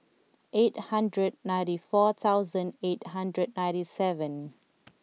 eight hundred ninety four thousand eight hundred ninety seven